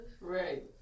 Right